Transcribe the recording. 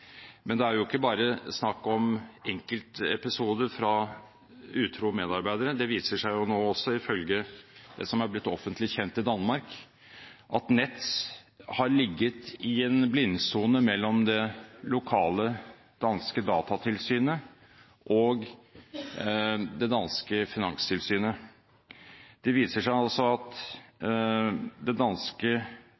Men det er ikke bare snakk om enkeltepisoder fra utro medarbeidere. Det viser seg nå, ifølge det som er blitt offentlig kjent i Danmark, at Nets har ligget i en blindsone mellom det lokale danske datatilsynet og det